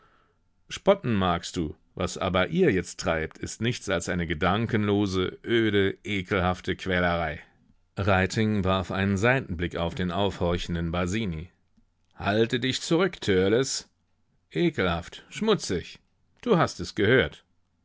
spotten magst du was aber ihr jetzt treibt ist nichts als eine gedankenlose öde ekelhafte quälerei reiting warf einen seitenblick auf den aufhorchenden basini halte dich zurück törleß ekelhaft schmutzig du hast es gehört